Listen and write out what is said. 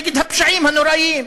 נגד הפשעים הנוראיים,